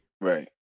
Right